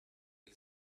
del